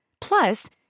Plus